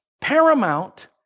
paramount